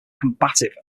combative